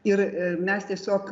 ir mes tiesiog